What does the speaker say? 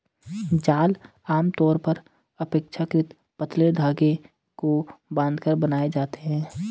जाल आमतौर पर अपेक्षाकृत पतले धागे को बांधकर बनाए जाते हैं